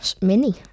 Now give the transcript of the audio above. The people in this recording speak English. mini